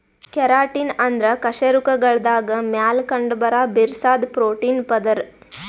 keratin ಅಂದ್ರ ಕಶೇರುಕಗಳ್ದಾಗ ಮ್ಯಾಲ್ ಕಂಡಬರಾ ಬಿರ್ಸಾದ್ ಪ್ರೋಟೀನ್ ಪದರ್